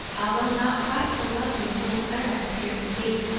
although not quite so wealthy as little clara appeared to be.